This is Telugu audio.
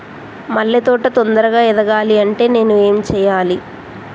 మల్లె తోట తొందరగా ఎదగాలి అంటే నేను ఏం చేయాలి?